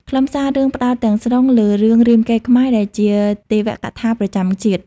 ខ្លឹមសាររឿងផ្តោតទាំងស្រុងលើរឿង រាមកេរ្តិ៍ខ្មែរ ដែលជាទេវកថាប្រចាំជាតិ។